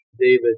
David